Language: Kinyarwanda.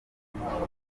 z’ubucuruzi